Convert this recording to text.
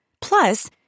Plus